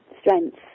strengths